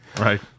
right